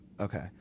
Okay